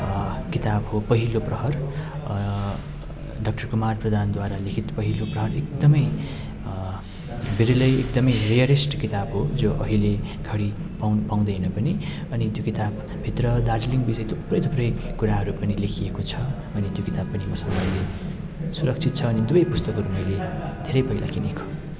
किताब हो पहिलो प्रहर डक्टर कुमार प्रधानद्वारा लिखित पहिलो प्रहर एकदमै विरलै एकदमै रियरेस्ट किताब हो जो अहिले घडी पाउनु पाउँदैन पनि अनि त्यो किताबभित्र दार्जिलिङ विषय थुप्रै थुप्रै कुराहरू पनि लेखिएको छ अनि त्यो किताब पनि मसँग सुरक्षित छ अनि दुवै पुस्तकहरू मैले धेरै पहिला किनेको